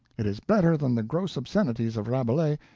it is better than the gross obscenities of rabelais,